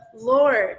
Lord